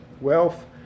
wealth